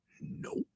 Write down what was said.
Nope